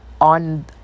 on